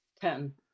Ten